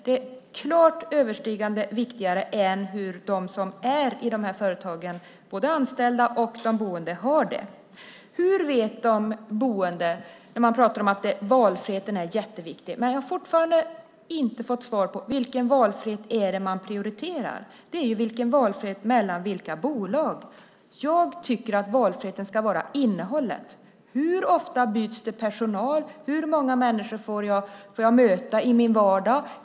Det är klart viktigare än hur de som finns i de här företagen, både anställda och boende, har det. Man pratar om att valfriheten är jätteviktig. Men jag har fortfarande inte fått svar på vilken valfrihet det är man prioriterar. Det är ju valfriheten mellan bolag. Jag tycker att valfriheten ska gälla innehållet. Hur ofta byts det personal? Hur många människor får jag möta i min vardag?